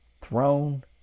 throne